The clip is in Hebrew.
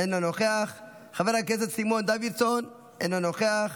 אינו נוכח, חבר הכנסת סימון דוידסון, אינו נוכח,